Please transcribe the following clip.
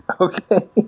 Okay